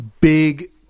Big